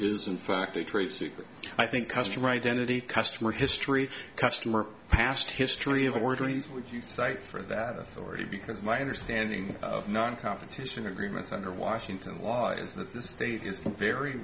is in fact a trade secret i think customer identity customer history customer past history of ordering which you cite for that authority because my understanding of non competition agreements under washington law is that the state is very